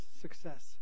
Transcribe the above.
success